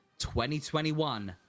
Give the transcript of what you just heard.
2021